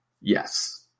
yes